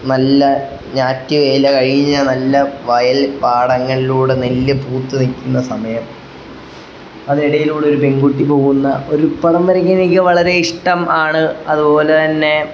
നല്ല ഞാറ്റുവേല കഴിഞ്ഞ നല്ല വയൽപ്പാടങ്ങിലൂടെ നെല്ല് പൂത്തുനില്ക്കുന്ന സമയം അതിനിടയിലൂടൊരു പെൺകുട്ടി പോകുന്ന ഒരു പടം വരയ്ക്കാനെനിക്കു വളരെ ഇഷ്ടമാണ് അതുപോലെ തന്നെ